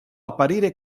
apparire